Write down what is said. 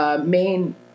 main